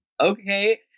okay